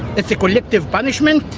it's a collective punishment,